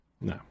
No